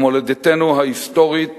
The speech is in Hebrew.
במולדתנו ההיסטורית,